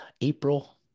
April